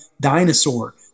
Dinosaur